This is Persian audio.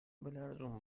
بلرزون